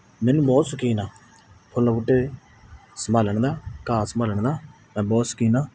ਮੈਨੂੰ ਬਹੁਤ ਸ਼ੌਕੀਨ ਆ ਫੁੱਲ ਬੂਟੇ ਸੰਭਾਲਣ ਦਾ ਘਾਹ ਸੰਭਾਲਣ ਦਾ ਮੈਂ ਬਹੁਤ ਸ਼ੋਕੀਨ ਹਾਂ